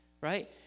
right